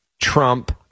Trump